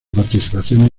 participaciones